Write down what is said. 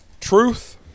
truth